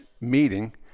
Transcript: meeting